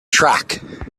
track